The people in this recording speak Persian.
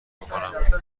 بکنم